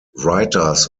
writers